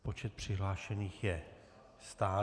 Počet přihlášených je stálý.